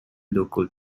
local